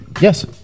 Yes